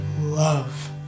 love